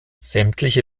sämtliche